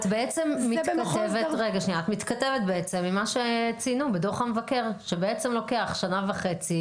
את בעצם מתכתבת עם מה שציינו בדוח המבקר: שבעצם לוקח שנה וחצי,